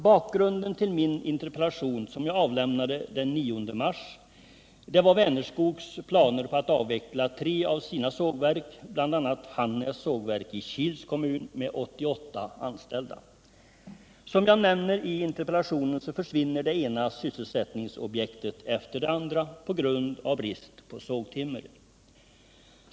Bakgrunden till min interpellation, som jag avlämnade den 9 mars, var Vänerskogs planer på att avveckla tre av sina sågverk, bl.a. Hannäs sågverk i Kils kommun med 88 anställda. Som jag nämner i interpellationen försvinner det ena sysselsättningsobjektet efter det andra på grund av brist på sågtimmer.